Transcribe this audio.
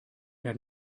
had